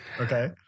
Okay